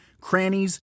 crannies